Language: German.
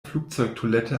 flugzeugtoilette